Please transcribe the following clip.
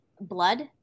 blood